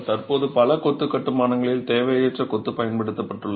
தற்போதுள்ள பல கொத்து கட்டுமானங்களில் தேவையற்ற கொத்து பயன்படுத்தப்பட்டுள்ளது